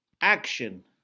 action